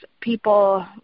people